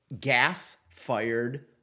gas-fired